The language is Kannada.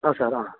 ಹೌದು ಸರ್ ಹಾಂ